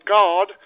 God